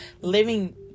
living